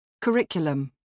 Curriculum